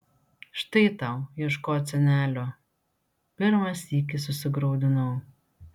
štai tau ieškot senelio pirmą sykį susigraudinau